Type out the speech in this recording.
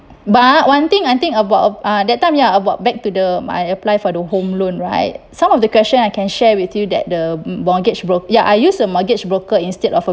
but one thing I think about uh that time ya about back to the I apply for the home loan right some of the question I can share with you that the mortgage broke ya I use a mortgage broker instead of a